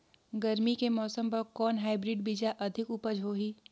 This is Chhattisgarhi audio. गरमी के मौसम बर कौन हाईब्रिड बीजा अधिक उपज होही?